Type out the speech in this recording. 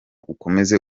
ukomeze